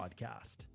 podcast